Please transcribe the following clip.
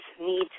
need